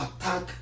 attack